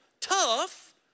Tough